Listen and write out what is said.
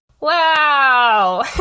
Wow